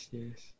yes